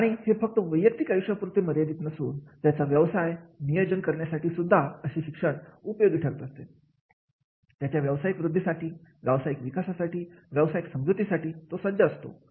आणि हे फक्त वैयक्तिक आयुष्य पुरते मर्यादित नसून त्याचा व्यवसाय नियोजन करण्यासाठीसुद्धा असे शिक्षण उपयोगी ठरते त्याच्या व्यावसायिक वृद्धी साठी व्यवसायिक विकासासाठी व्यवसायिक समजुती साठी तो सज्ज असतो